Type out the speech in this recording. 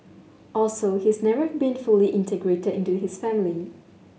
also he's never been fully integrated into his family